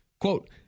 Quote